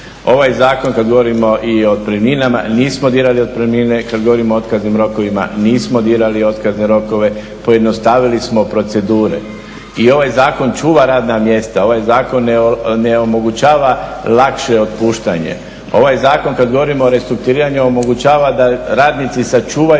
Ovaj Zakon kada govorimo i o otpremninama, nismo dirali otpremnine, kada govorimo o otkaznim rokovima nismo dirali otkazne rokove, pojednostavili smo procedure. I ovaj Zakon čuva radna mjesta, ovaj Zakon ne omogućava lakše otpuštanje. Ovaj Zakon kada govorimo o restrukturiranju omogućava da radnici sačuvaju